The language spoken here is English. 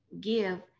give